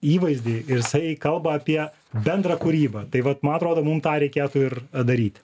įvaizdį ir jisai kalba apie bendrą kūrybą tai vat man atrodo mum tą reikėtų ir daryti